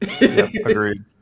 Agreed